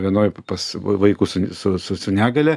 vienoje pas vaikus su su negalia